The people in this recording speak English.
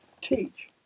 teach